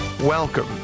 Welcome